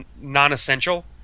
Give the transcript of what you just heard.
non-essential